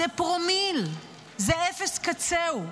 זה פרומיל, זה אפס קצהו.